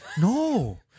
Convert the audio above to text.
No